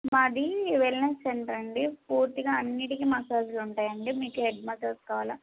మాది wellness centre అండి పూర్తిగా అన్నింటికి మసాజ్లు ఉంటాయండి మీకు హెడ్ మసాజ్ కావాలా